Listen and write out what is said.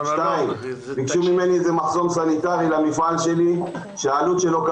ביקשו ממני מחסום סניטרי למפעל שלי שהעלות שלו היא